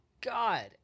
God